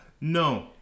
No